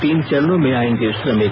तीन चरणों में आएंगे श्रमिक